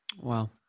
Wow